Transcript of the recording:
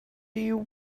you